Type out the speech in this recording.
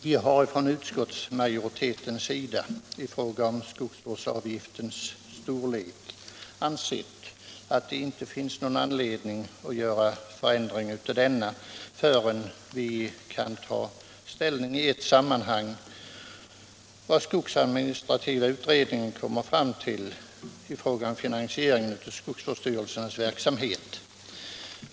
Vi har från utskottsmajoritetens sida i fråga om skogsvårdsavgiftens storlek ansett att det inte finns anledning att göra någon förändring innan vi kan ta ställning i ett sammanhang till vad skogsadministrativa utredningen kommer fram till då det gäller finansiering av skogsvårdsstyrelsernas verksamhet.